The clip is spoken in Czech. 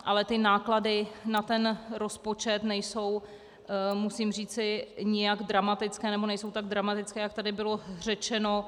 Ale náklady na rozpočet nejsou, musím říci, nijak dramatické, nebo nejsou tak dramatické, jak tady bylo řečeno.